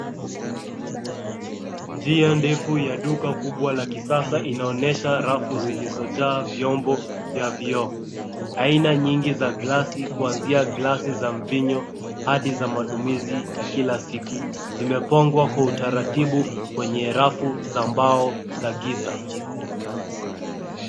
Njia ndefu ya duka kubwa la kisasa inaonesha rafu zilizojaa vyombo vya vioo. Aina nyingi za glasi kuanzia glasi za mvinyo hadi za matumizi ya kila siku zimepangwa kwa utaratibu kwenye rafu za mbao za giza.